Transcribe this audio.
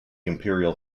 imperial